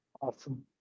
Awesome